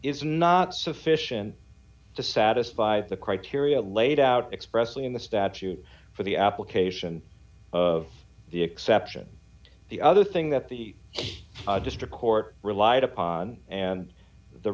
is not sufficient to satisfy the criteria laid out expressly in the statute for the application of the exception the other thing that the district court relied upon and the